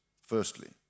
Firstly